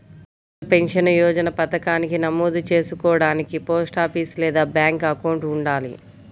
Atal pension Yojana పథకానికి నమోదు చేసుకోడానికి పోస్టాఫీస్ లేదా బ్యాంక్ అకౌంట్ ఉండాలి